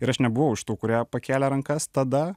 ir aš nebuvau iš tų kurie pakėlė rankas tada